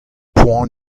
poan